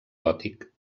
gòtic